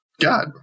God